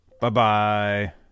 Bye-bye